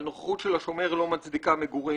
אבל נוכחות של שומר לא מצדיקה מגורים